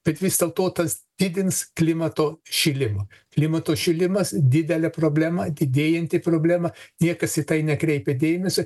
bet vis dėlto tas didins klimato šilimą klimato šilimas didelė problema didėjanti problema niekas į tai nekreipia dėmesio